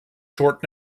short